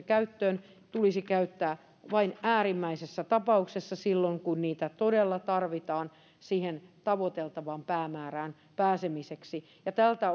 käyttöön tulisi käyttää vain äärimmäisessä tapauksessa silloin kun niitä todella tarvitaan siihen tavoiteltavaan päämäärään pääsemiseksi tältä